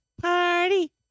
Party